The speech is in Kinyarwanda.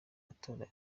matora